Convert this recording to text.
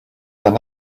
their